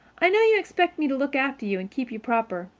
i know you expect me to look after you and keep you proper,